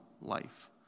life